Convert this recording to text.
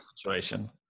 situation